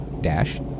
dash